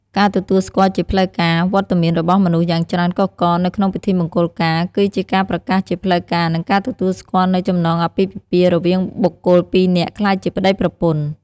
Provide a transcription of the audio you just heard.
ការទទួលស្គាល់ជាផ្លូវការ វត្តមានរបស់មនុស្សយ៉ាងច្រើនកុះករនៅក្នុងពិធីមង្គលការ គឺជាការប្រកាសជាផ្លូវការ និងការទទួលស្គាល់នូវចំណងអាពាហ៍ពិពាហ៍រវាងបុគ្គលពីរនាក់ក្លាយជាប្ដីប្រពន្ធ។